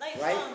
Right